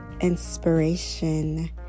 inspiration